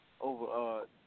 over